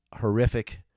horrific